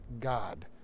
God